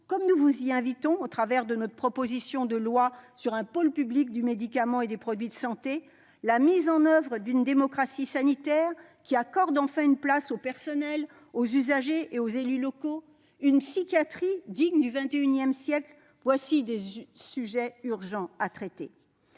comme nous vous y invitons à travers notre proposition de loi portant création d'un pôle public du médicament et des produits médicaux, la mise en oeuvre d'une démocratie sanitaire qui accorde enfin une place aux personnels, aux usagers et aux élus locaux, une psychiatrie digne du XXIsiècle : voilà des sujets urgents à traiter.